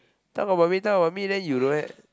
talk about me talk about me then you don't eh